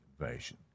invasion